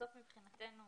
בסוף מבחינתנו